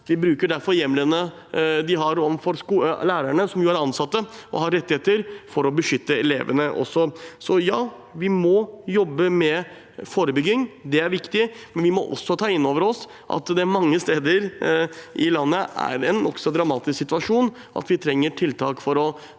hjemlene de har overfor lærerne, som er ansatte og har rettigheter, for også å beskytte elevene. Ja, vi må jobbe med forebygging – det er viktig – men vi må også ta inn over oss at det mange steder i landet er en nokså dramatisk situasjon, og at vi trenger tiltak for å